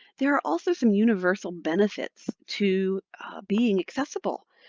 there are also some universal benefits to being accessible.